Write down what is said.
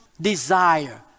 desire